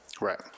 right